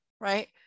right